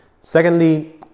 Secondly